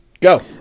go